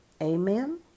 amen